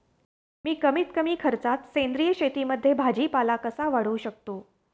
मी कमीत कमी खर्चात सेंद्रिय शेतीमध्ये भाजीपाला कसा वाढवू शकतो?